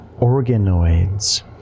organoids